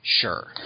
Sure